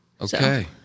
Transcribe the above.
Okay